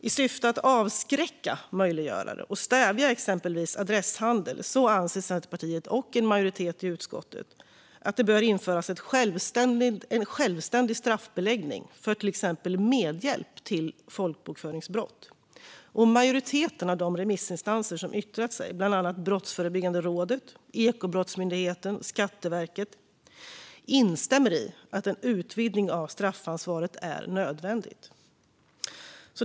I syfte att avskräcka möjliggörare och stävja exempelvis adresshandel anser Centerpartiet och en majoritet i utskottet att det ska införas en självständig straffbeläggning för till exempel medhjälp till folkbokföringsbrott. Majoriteten av de remissinstanser som har yttrat sig, bland annat Brottsförebyggande rådet, Ekobrottsmyndigheten och Skatteverket, instämmer i att en utvidgning av straffansvaret är nödvändig.